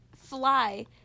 Fly